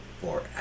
forever